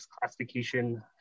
classification